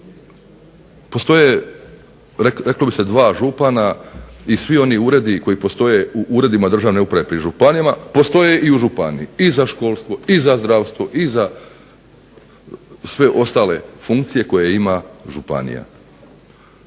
postoje reklo bi se 2 župana i svi oni uredi koji postoje u uredima državne uprave pri županijama, postoje i u županiji i za školstvo i za zdravstvo i sve ostale funkcije koje ima županija.